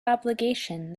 obligation